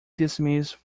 dismiss